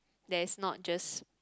there is not just